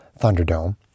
Thunderdome